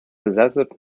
possessive